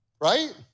right